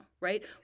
right